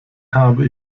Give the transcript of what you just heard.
habe